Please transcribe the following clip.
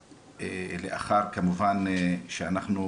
כמובן, לאחר שאנחנו